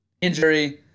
injury